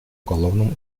уголовному